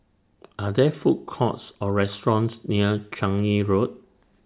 Are There Food Courts Or restaurants near Changi Road